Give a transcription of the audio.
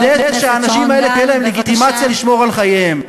כדי שהאנשים האלה תהיה להם לגיטימציה לשמור על חייהם.